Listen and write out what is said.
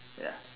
ya